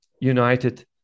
united